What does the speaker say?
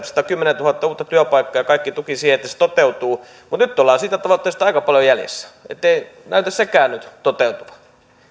satakymmentätuhatta uutta työpaikkaa ja kaikki tuki siihen että se toteutuu mutta nyt ollaan siitä tavoitteesta aika paljon jäljessä ei näytä sekään nyt toteutuvan